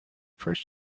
first